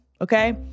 okay